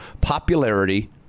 popularity